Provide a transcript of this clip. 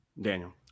Daniel